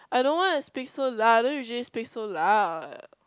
I don't want to speak so loud I don't usually speak so loud